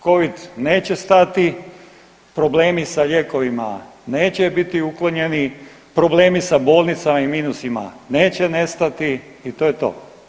Covid neće stati, problemi sa lijekovima neće biti uklonjeni, problemi sa bolnicama i minusima neće nestati i to je to.